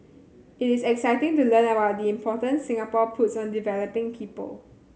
it is exciting to learn about the importance Singapore puts on developing people